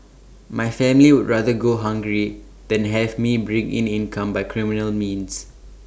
my family would rather go hungry than have me bring in income by criminal means